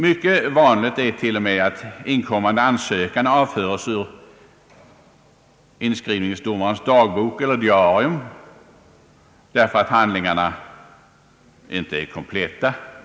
Mycket vanligt är t.o.m. att inkommande ansökan avföres ur inskrivningsdomarens dagbok eller diarium, därför att handlingarna icke varit kompletta.